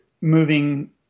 moving